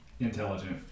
intelligent